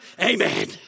Amen